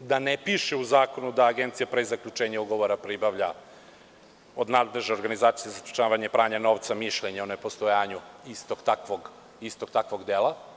da ne piše u zakonu da Agencija pre zaključenja ugovora pribavlja od nadležne organizacije za sprečavanje pranja novca mišljenje o nepostojanju istog takvog dela.